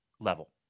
Level